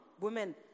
women